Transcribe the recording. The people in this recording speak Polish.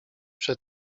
przed